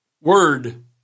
word